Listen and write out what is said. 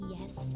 yes